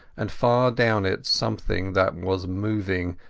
and far down it something that was moving,